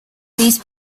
these